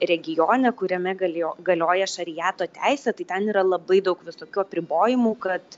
regione kuriame galėjo galioja šariato teisė tai ten yra labai daug visokių apribojimų kad